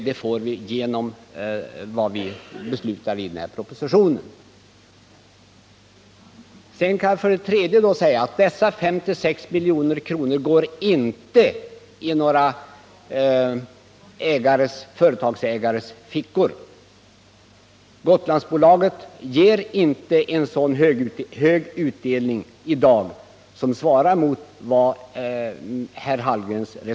Det får vi genom att följa förslagen i den aktuella propositionen. Vidare kan sägas att dessa 56 milj.kr. inte hamnar i några företagsägares fickor. Gotlandsbolaget ger inte så hög utdelning som herr Hallgren antyder.